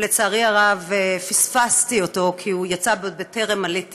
לצערי הרב, פספסתי אותו כי הוא יצא בטרם עליתי